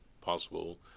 possible